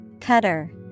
Cutter